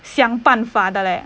想办法的嘞